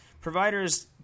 providers